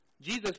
Jesus